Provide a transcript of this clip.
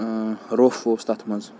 روٚف ووٚس تَتھ منٛز